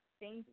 Thank